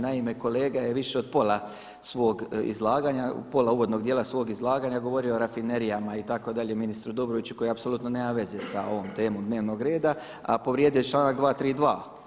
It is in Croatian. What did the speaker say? Naime, kolega je više od pola svog izlaganja, pola uvodnog dijela svog izlaganja govorio o rafinerijama itd. ministru Dobroviću koji apsolutno nema veze sa ovom temom dnevnog reda, a povrijedio je članak 232.